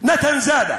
נתן-זאדה